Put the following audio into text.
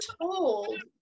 told